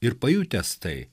ir pajutęs tai